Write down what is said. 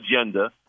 agenda